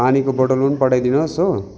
पानीको बोत्तलहरू पनि पठाइदिनुहोस् हो